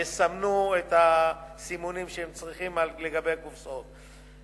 יסמנו את הסימונים הנדרשים על גבי הקופסאות.